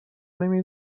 نمی